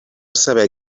saber